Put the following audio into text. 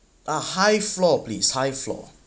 a high floor please high floor